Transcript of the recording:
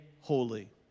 holy